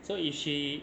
so if she